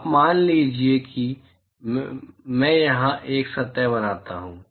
अब मान लीजिए कि मैं यहाँ एक सतह बनाता हूँ